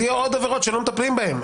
אז יהיה עוד עבירות שלא מטפלים בהן,